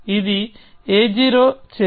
ఇది a0 చర్య